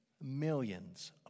millions